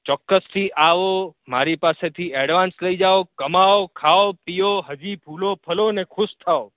ચોક્કસથી આવો મારી પાસેથી એડવાન્સ લઈ જાઓ કમાઓ ખાઓ પીઓ હજી ફૂલો ફલો ને ખુશ થાવ